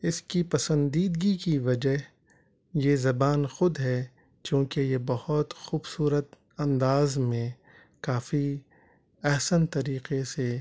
اس کی پسندیدگی کی وجہ یہ زبان خود ہے چونکہ یہ بہت خوبصورت انداز میں کافی احسن طریقے سے